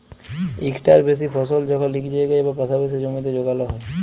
ইকটার বেশি ফসল যখল ইক জায়গায় বা পাসাপাসি জমিতে যগাল হ্যয়